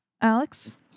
Alex